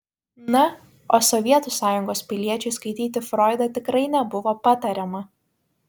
na o sovietų sąjungos piliečiui skaityti froidą tikrai nebuvo patariama